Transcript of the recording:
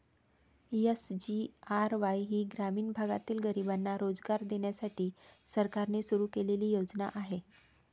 SGRY ही ग्रामीण भागातील गरिबांना रोजगार देण्यासाठी सरकारने सुरू केलेली योजना आहे